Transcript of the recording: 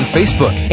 Facebook